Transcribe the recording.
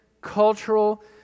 cultural